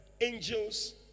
angels